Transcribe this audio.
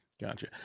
gotcha